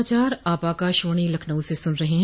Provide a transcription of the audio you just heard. यह समाचार आप आकाशवाणी लखनऊ से सुन रहे हैं